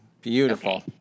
Beautiful